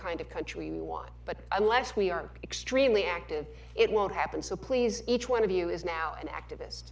kind of country no one but unless we are extremely active it won't happen so please each one of you is now an activist